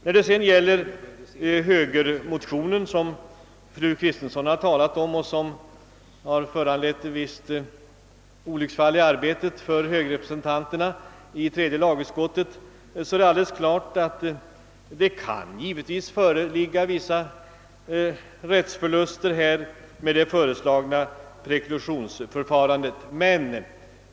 När det sedan gäller den högermotion som fru Kristensson talade om och som föranlett ett visst olycksfall i ar betet för <högerrepresentanterna i tredje lagutskottet, kan det tänkas kunna medföra vissa rättsförluster med det föreslagna preklusionsförfarandet, vilket anförts i motionen.